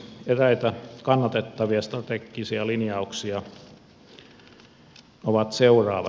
eräitä kannatettavia strategisia linjauksia ovat seuraavat